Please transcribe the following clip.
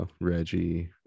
Reggie